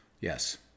Yes